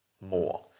more